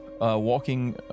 walking